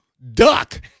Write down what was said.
Duck